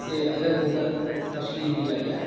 سے الگ ہو کر تشکیل دیا گیا